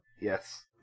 Yes